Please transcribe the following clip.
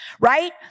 Right